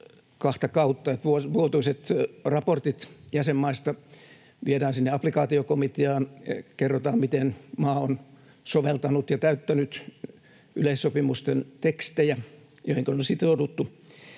kahta kautta: vuotuiset raportit jäsenmaista viedään sinne applikaatiokomiteaan ja kerrotaan, miten maa on soveltanut ja täyttänyt yleissopimusten tekstejä, joihinka on sitouduttu,